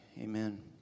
amen